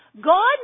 God